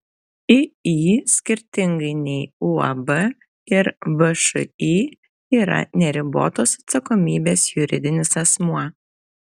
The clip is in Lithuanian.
iį skirtingai nei uab ir všį yra neribotos atsakomybės juridinis asmuo